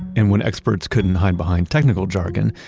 and when experts couldn't hide behind technical jargon,